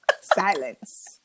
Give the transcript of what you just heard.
Silence